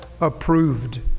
approved